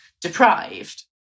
deprived